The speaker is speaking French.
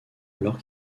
alors